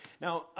Now